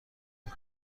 بود